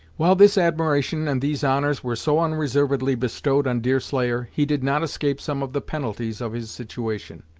while this admiration and these honors were so unreservedly bestowed on deerslayer, he did not escape some of the penalties of his situation.